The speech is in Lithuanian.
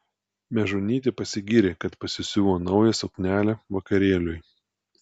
mežonytė pasigyrė kad pasisiuvo naują suknelę vakarėliui